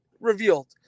revealed